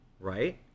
Right